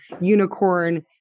unicorn